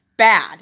Bad